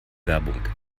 werbung